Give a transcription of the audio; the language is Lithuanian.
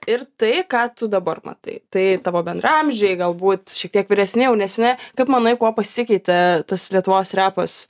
ir tai ką tu dabar matai tai tavo bendraamžiai galbūt šiek tiek vyresni jaunesni kaip manai kuo pasikeitė tas lietuvos repas